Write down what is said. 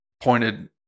pointed